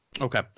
okay